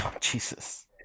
Jesus